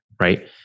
Right